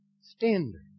standard